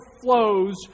flows